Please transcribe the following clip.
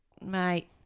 mate